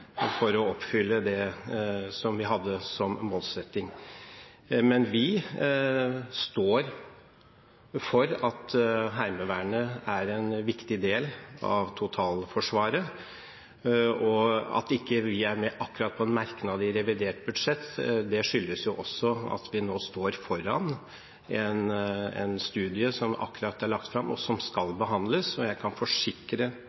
for å oppfylle det vi hadde som målsetting. Vi står for at Heimevernet er en viktig del av totalforsvaret. At vi ikke er med på en merknad i revidert budsjett, skyldes også at vi nå står foran en studie som akkurat er lagt fram og